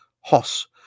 Hoss